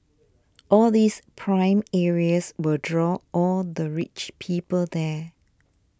all these prime areas will draw all the rich people there